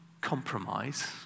compromise